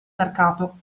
mercato